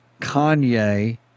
Kanye